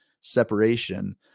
separation